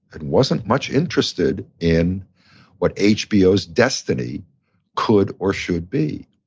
and wasn't much interested in what hbo's destiny could or should be.